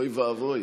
אוי ואבוי.